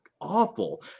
awful